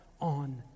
on